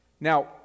Now